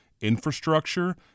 infrastructure